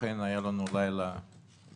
אכן היה לנו לילה מעניין.